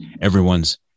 everyone's